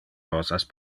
rosas